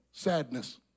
Sadness